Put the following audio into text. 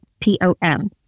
P-O-M